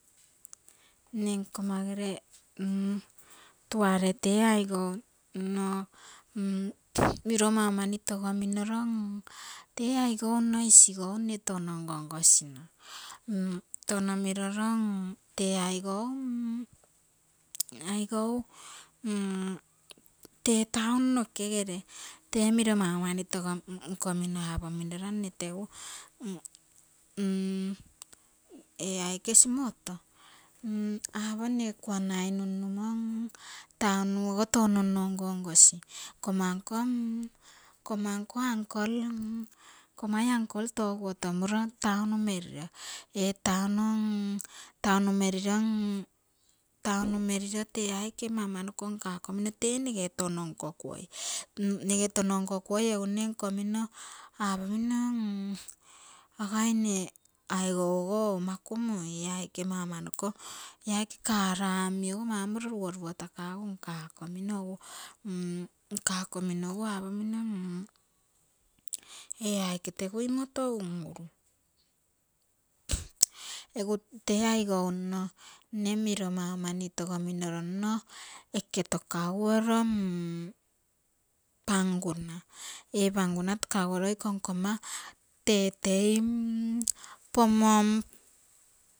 Mne nkomma gere tuare tee aigou miro mau mani togo minoro tee aigou nno isigou mne touno ngo ngosino, touno miroro tee aigou, aigou town noke gere, temiro mau mani togomiro, nkomino apo minoro nne tegu ee aike simoto. apo mne kuanai nunnumo town nuogo touno ngongosi nkomma nko, nko mana uncle, nkommai uncle togu otomuro tounu meriro, ee touno. touno meriro tee aike ama ama noko nkouko mino, tenege touno nkokuoi, nege touo nkokuoi egu nege nkomino apomino aga mne aigou ogo oumaku muii, ee aika ama ama noko, ee aike kara omi ogo mau moriro rugorugotakugu nko komino egu nkoikomino egu apomino ee aike tegu imoto un-ugu egu tee aigou nno mne miro mau mani togominoro nno oke tokaguoro panguna. ee panguna tokaguoro iko nkomma tetei pomom.